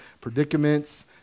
predicaments